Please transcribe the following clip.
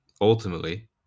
ultimately